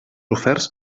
oferts